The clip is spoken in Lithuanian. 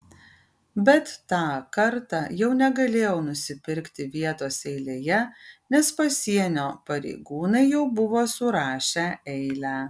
bet tą kartą jau negalėjau nusipirkti vietos eilėje nes pasienio pareigūnai jau buvo surašę eilę